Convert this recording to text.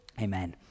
Amen